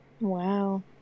Wow